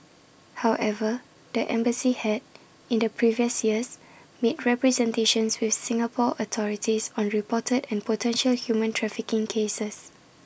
however the embassy had in the previous years made representations with Singapore authorities on reported and potential human trafficking cases